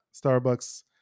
Starbucks